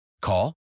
Call